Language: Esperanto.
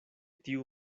tiu